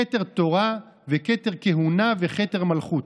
כתר תורה וכתר כהונה וכתר מלכות.